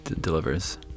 delivers